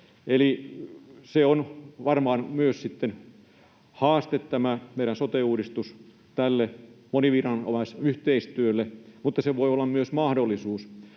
Eli se on varmaan myös sitten haaste, tämä meidän sote-uudistus, tälle moniviranomaisyhteistyölle, mutta se voi olla myös mahdollisuus,